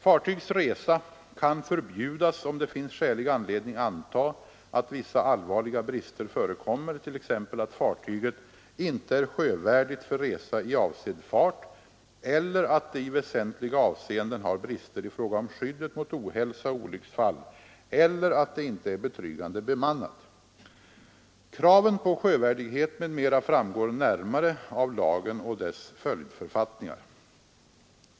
Fartygs resa kan förbjudas om det finns skälig anledning anta att vissa allvarliga brister förekommer, t.ex. att fartyget inte är sjövärdigt för resa i avsedd fart eller att det i väsentliga avseenden har brister i fråga om skyddet mot ohälsa och olycksfall eller att det inte är betryggande bemannat. Kraven på sjövärdighet m.m. framgår närmare av lagen och dess följdförfattningar.